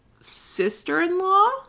sister-in-law